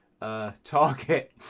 target